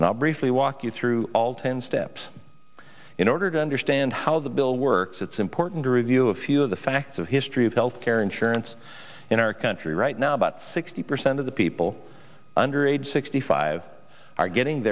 and i'll briefly walk you through all ten steps in order to understand how the bill works it's important to review a few of the facts of history of health care insurance in our country right now about sixty percent of the people under age sixty five are getting